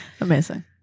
amazing